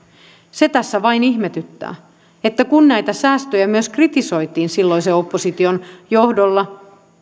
se tässä vain ihmetyttää että kun näitä säästöjä myös kritisoitiin silloisen opposition johdolla